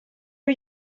are